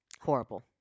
Horrible